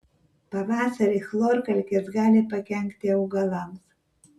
pavasarį chlorkalkės gali pakenkti augalams